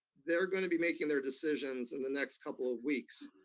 they're gonna be making their decisions in the next couple of weeks,